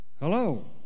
Hello